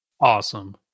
Awesome